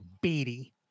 Beatty